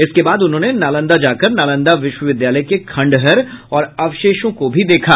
इसके बाद उन्होंने नालंदा जाकर नालंदा विश्वविद्यालय के खंडहर और अवशेषों को भी देखा